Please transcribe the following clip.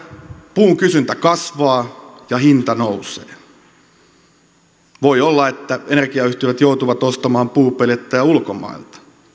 puun kysyntä kasvaa ja hinta nousee voi olla että energiayhtiöt joutuvat ostamaan puupellettejä ulkomailta